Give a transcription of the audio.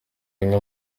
bimwe